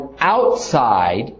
outside